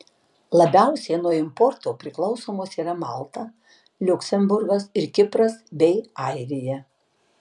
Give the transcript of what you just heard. labiausiai nuo importo priklausomos yra malta liuksemburgas ir kipras bei airija